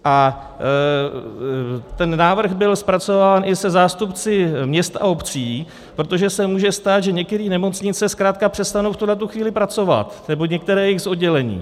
A ten návrh byl zpracován i se zástupci měst a obcí, protože se může stát, že některé nemocnice zkrátka přestanou v tuhle chvíli pracovat, nebo některá z jejich oddělení.